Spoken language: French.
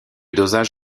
dosage